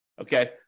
Okay